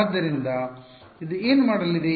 ಆದ್ದರಿಂದ ಇದು ಏನು ಮಾಡಲಿದೆ